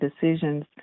decisions